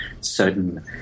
certain